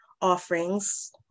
offerings